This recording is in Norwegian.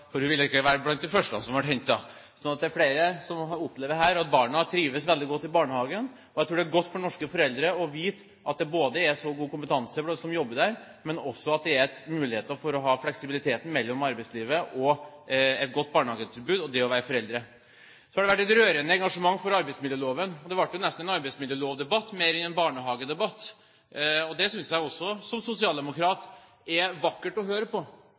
hun ville ikke være blant de første som ble hentet. Så det er flere her som opplever at barna trives veldig godt i barnehagen, og jeg tror det er godt for norske foreldre å vite at det både er så god kompetanse blant dem som jobber der, og at det er muligheter for å ha fleksibilitet mellom arbeidslivet og et godt barnehagetilbud og det å være foreldre. Så har det vært et rørende engasjement for arbeidsmiljøloven. Det ble jo nesten en arbeidsmiljølovdebatt mer enn en barnehagedebatt. Det synes jeg som sosialdemokrat er vakkert å høre på,